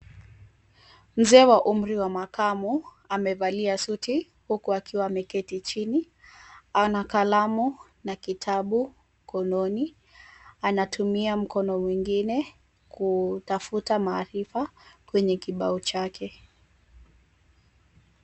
Mzee wa umri wa makamu, amevalia suti huku akiwa ameketi chini. Ana kalamu na kitabu mkononi. Anatumia mkono mwingine kutafuta maarifa kwenye kibao chake.